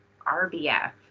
RBF